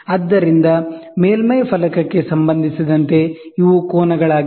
ಆದ್ದರಿಂದ ಮೇಲ್ಮೈ ಫಲಕಕ್ಕೆ ಸಂಬಂಧಿಸಿದಂತೆ ಇವು ಕೋನಗಳಾಗಿವೆ